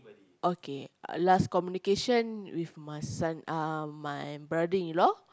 okay last communication with my son uh my brother-in-law